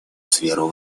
сферу